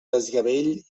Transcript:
desgavell